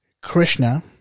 Krishna